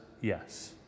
yes